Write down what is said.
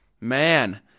man